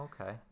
Okay